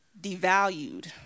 devalued